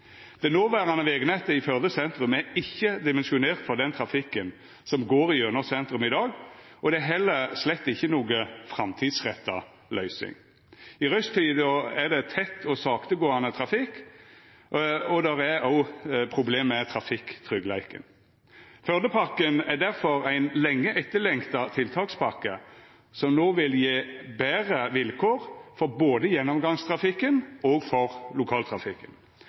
Det noverande vegnettet i Førde sentrum er ikkje dimensjonert for den trafikken som går gjennom sentrum i dag, og det er heller inga framtidsretta løysing. I rushtida er det tett og saktegåande trafikk, og det er også problem med trafikktryggleiken. Førdepakken er difor ein lenge etterlengta tiltakspakke, som no vil gje betre vilkår for både gjennomgangstrafikken og lokaltrafikken,